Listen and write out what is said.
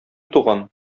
туган